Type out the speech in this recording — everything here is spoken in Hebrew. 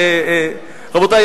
רבותי,